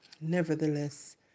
Nevertheless